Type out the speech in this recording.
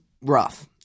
rough